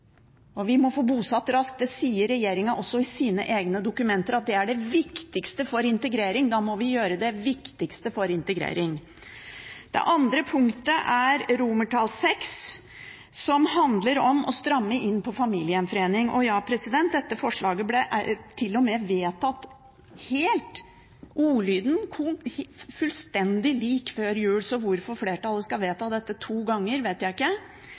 og vi må få bosatt raskt. Det sier regjeringen også i sine egne dokumenter, at det er det viktigste for integrering. Da må vi gjøre det viktigste for integrering. Det andre punktet er VI, som handler om å stramme inn på familiegjenforening. Dette forslaget ble til og med vedtatt med ordlyden fullstendig lik den før jul, så hvorfor flertallet skal vedta dette to ganger, vet jeg ikke,